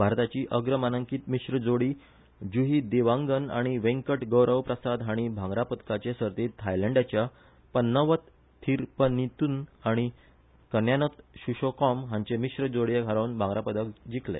भारताची अग्र मानांकित मिश्र जोडी जुही देवांगन आनी वेंकट गौरव प्रसाद हाणी भांगरा पदकाचे सर्तीत थायलंडाच्या पन्नावत थिरपनिथून आनी कन्यानत सुशोकॉम हांचे मिश्र जोडयेक हारोवन भांगरा पदक जिखले